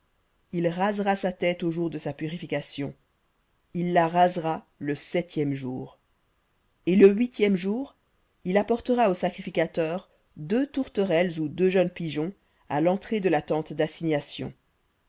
il rasera sa tête au jour de sa purification il la rasera le septième jour et le huitième jour il apportera au sacrificateur deux tourterelles ou deux jeunes pigeons à l'entrée de la tente d'assignation